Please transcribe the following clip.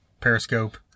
Periscope